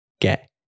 get